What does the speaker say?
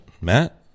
matt